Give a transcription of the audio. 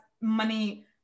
money